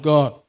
God